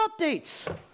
updates